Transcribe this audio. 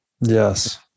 Yes